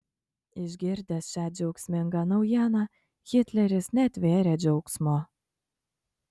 išgirdęs šią džiaugsmingą naujieną hitleris netvėrė džiaugsmu